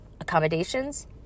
accommodations